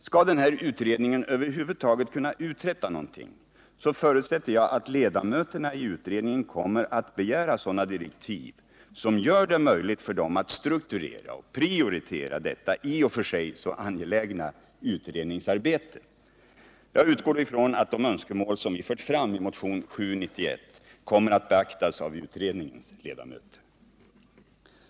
Skall den här utredningen över huvud taget kunna uträtta någonting, så förutsätter jag att ledamöterna i utredningen kommer att begära sådana direktiv som gör det möjligt för dem att strukturera och prioritera detta i och för sig så angelägna utredningsarbete. Jag utgår då ifrån att de önskemål som vi fört fram i motionen 791 kommer att beaktas av utredningens ledamöter.